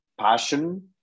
passion